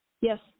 Yes